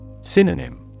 Synonym